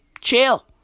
chill